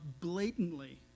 blatantly